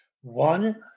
One